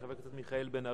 של חבר הכנסת מיכאל בן-ארי,